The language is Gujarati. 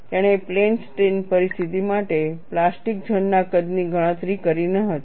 તેણે પ્લેન સ્ટ્રેઇન પરિસ્થિતિ માટે પ્લાસ્ટિક ઝોન ના કદની ગણતરી કરી ન હતી